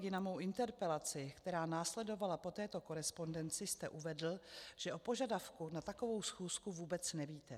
V odpovědi na mou interpelaci, která následovala po této korespondenci, jste uvedl, že o požadavku na takovou schůzku vůbec nevíte.